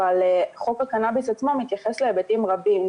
אבל חוק הקנאביס עצמו מתייחס להיבטים רבים,